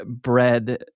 bread